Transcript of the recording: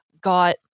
got